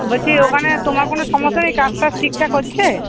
বলছি ওখানে তোমার কোনো সমস্যা নেই কাজ টাজ ঠিকঠাক হচ্ছে